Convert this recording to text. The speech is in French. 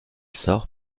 sort